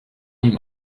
ihm